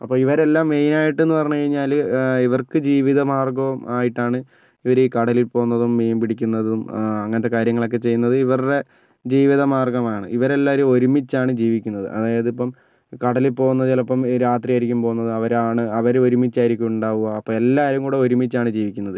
അപ്പോൾ ഇവരെല്ലാം മെയിനായിട്ടെന്ന് പറഞ്ഞ് കഴിഞ്ഞാൽ ഇവർക്ക് ജീവിത മാർഗ്ഗവും ആയിട്ടാണ് ഇവർ ഈ കടലിൽ പോകുന്നതും മീൻ പിടിക്കുന്നതും അങ്ങനത്തെ കാര്യങ്ങളൊക്കെ ചെയ്യുന്നത് ഇവരുടെ ജീവിത മാർഗ്ഗമാണ് ഇവരെല്ലാവരും ഒരുമിച്ചാണ് ജീവിക്കുന്നത് അതായതിപ്പം കടലിൽ പോകുന്നത് ചിലപ്പം രാത്രിയായിരിക്കും പോകുന്നത് അവരാണ് അവരൊരുമിച്ചായിരിക്കും ഉണ്ടാവുക അപ്പം എല്ലാവരും കൂടി ഒരുമിച്ചാണ് ജീവിക്കുന്നത്